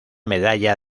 medalla